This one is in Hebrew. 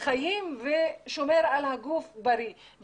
חיים ושומר על הגוף בריא,